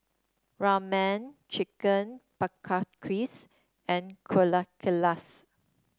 Ramen Chicken and